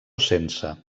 sense